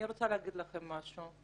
אני רוצה להגיד לכם משהו.